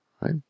right